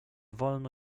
wolno